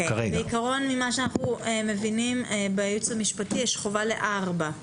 אנחנו מבינים מהייעוץ המשפטי יש חובה לארבע.